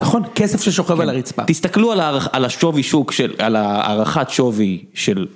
נכון, כסף ששוכב על הרצפה. תסתכלו על הערכת שווי של...